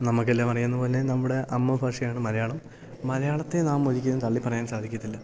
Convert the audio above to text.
നമുക്കെല്ലാം അറിയുന്ന പോലെ നമ്മുടെ അമ്മ ഭാഷയാണ് മലയാളം മലയാളത്തെ നാം ഒരിക്കലും തള്ളി പറയാൻ സാധിക്കത്തില്ല